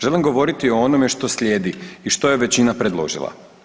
Želim govoriti o onome što slijedi i što je većina predložila.